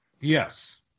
Yes